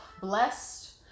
blessed